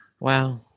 Wow